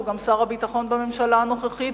שהוא גם שר הביטחון בממשלה הנוכחית,